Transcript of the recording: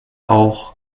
auch